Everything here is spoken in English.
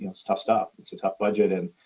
and it's tough stop, it's a tough budget. and